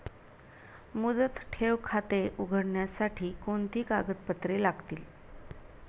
मुदत ठेव खाते उघडण्यासाठी कोणती कागदपत्रे लागतील?